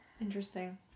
Interesting